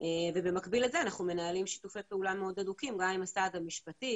ובמקביל לזה אנחנו מנהלים שיתופי פעולה מאוד הדוקים גם עם הסעד המשפטי,